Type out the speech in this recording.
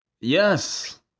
Yes